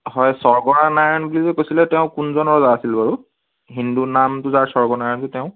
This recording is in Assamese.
হয় স্বৰ্গনাৰায়ণ বুলি যে কৈছিলে তেওঁ কোনজন ৰজা আছিল বাৰু হিন্দু নামটো যাৰ স্বৰ্গনাৰায়ণ যে তেওঁ